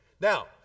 Now